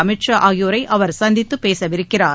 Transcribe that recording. அமித் ஷா ஆகியோரை அவர் சந்தித்துப் பேசவிருக்கிறார்